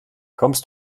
kommst